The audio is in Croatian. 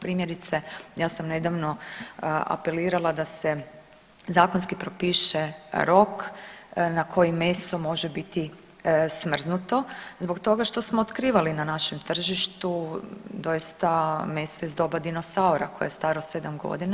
Primjerice ja sam nedavno apelirala da se zakonski propiše rok na koji meso može biti smrznuto zbog toga što smo otkrivali na našem tržištu doista meso iz doba dinosaura, koje je staro 7 godina.